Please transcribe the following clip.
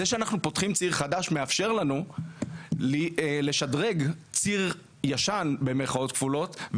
זה שאנחנו פותחים ציר חדש מאפשר לנו לשדרג "ציר ישן" במירכאות כפולות,